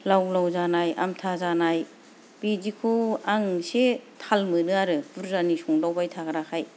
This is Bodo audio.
लाव लाव जानाय आमथा जानाय बिदिखौ आं एसे थाल मोनो आरो बुरजानि संदावबाय थाग्राखाय